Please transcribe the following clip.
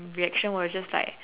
reaction was just like